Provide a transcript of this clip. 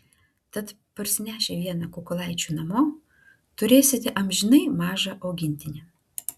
tad parsinešę vieną kukulaičių namo turėsite amžinai mažą augintinį